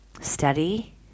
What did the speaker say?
study